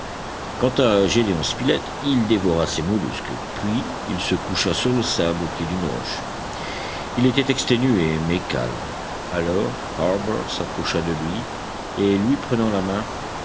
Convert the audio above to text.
quant à gédéon spilett il dévora ces mollusques puis il se coucha sur le sable au pied d'une roche il était exténué mais calme alors harbert s'approcha de lui et lui prenant la main